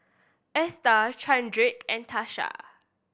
Esta Chadrick and Tasha